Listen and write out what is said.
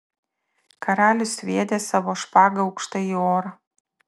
karalius sviedė savo špagą aukštai į orą